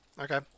Okay